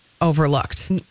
Overlooked